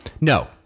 No